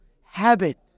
habit